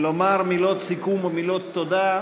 לומר מילות סיכום ומילות תודה.